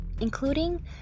including